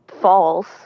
false